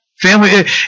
Family